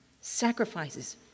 sacrifices